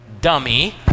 dummy